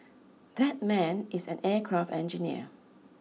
that man is an aircraft engineer